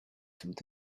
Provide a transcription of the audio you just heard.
through